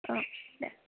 ओ दे